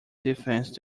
defense